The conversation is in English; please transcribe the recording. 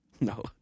No